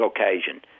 occasion